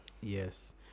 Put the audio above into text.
Yes